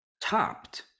topped